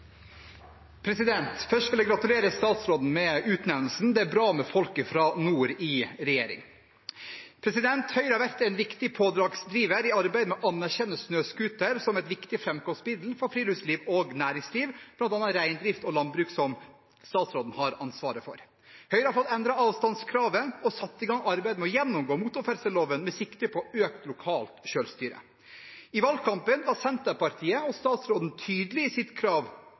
bra med folk fra nord i regjering. Høyre har vært en viktig pådriver i arbeidet med å anerkjenne snøscooter som et viktig framkomstmiddel for friluftsliv og næringsliv, bl.a. reindrift og landbruk, som statsråden har ansvaret for. Høyre har fått endret avstandskravet og satt i gang arbeidet med å gjennomgå motorferdselloven med sikte på økt lokalt selvstyre. I valgkampen var Senterpartiet og statsråden tydelige i sitt krav